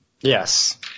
Yes